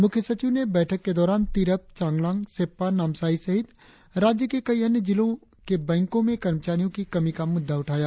मुख्यसचिव ने बैठक के दौरान तिरप चांगलांग सेप्पा नामसाई सहित राज्य के कई अन्य जिलों के बैंको में कर्मचारियों की कमी का मुद्दा उठाया